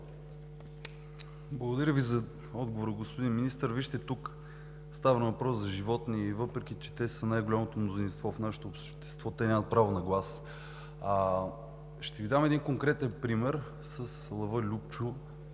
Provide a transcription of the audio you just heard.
Благодаря Ви за отговора, господин Министър. Вижте, тук става въпрос за животни. Въпреки че те са най-голямото мнозинство в нашето общество, те нямат право на глас. Ще Ви дам един конкретен пример с лъва Любчо